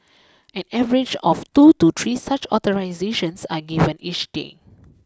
an average of two to three such authorisations are given each day